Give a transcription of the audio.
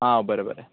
आं बरें बरें